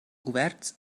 oberts